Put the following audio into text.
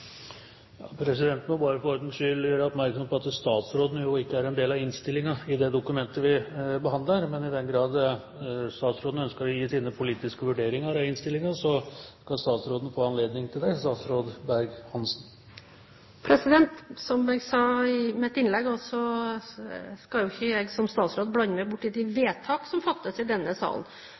Presidenten må bare for ordens skyld gjøre oppmerksom på at statsråden jo ikke er en del av innstillingen i det dokumentet vi behandler, men i den grad statsråden ønsker å gi sine politiske vurderinger av innstillingen, skal statsråden få anledning til det. Som jeg også sa i mitt innlegg, skal jo ikke jeg som statsråd blande meg borti de vedtak som fattes i denne salen.